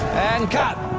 and cut!